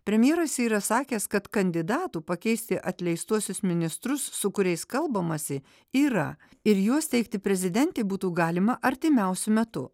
premjeras yra sakęs kad kandidatų pakeisti atleistuosius ministrus su kuriais kalbamasi yra ir juos teikti prezidentei būtų galima artimiausiu metu